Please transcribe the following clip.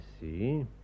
see